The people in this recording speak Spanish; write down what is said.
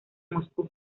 moscú